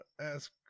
ask